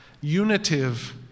unitive